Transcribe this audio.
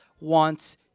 wants